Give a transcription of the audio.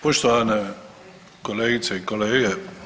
Poštovane kolegice i kolege.